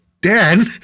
dan